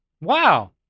Wow